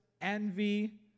envy